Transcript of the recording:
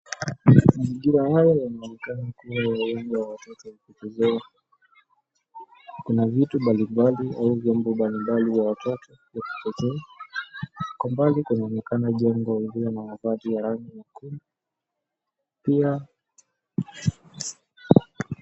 Mazingira haya yanaonekana kuwa uwanja wa watoto wa kuchezea. Kuna vitu mbalimbali au vyombo mbalimbali vya watoto vya kuchezea. Kwa mbali kunaonekana jengo lililo na baadhi ya rangi nyekundu. Pia.